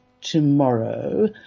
tomorrow